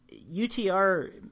UTR